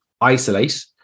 isolate